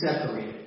separated